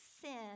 sin